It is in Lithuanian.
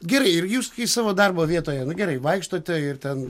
gerai ir jūs savo darbo vietoje nu gerai vaikštote ir ten